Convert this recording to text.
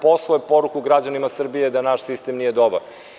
Poslao je poruku građanima Srbije da naš sistem nije dobar.